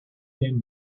them